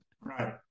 Right